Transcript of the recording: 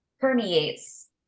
permeates